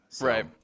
Right